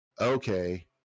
okay